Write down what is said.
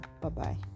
bye-bye